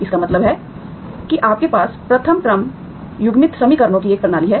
इसका मतलब है कि आपके पास प्रथम क्रम युग्मित समीकरणों की एक प्रणाली है